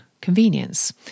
convenience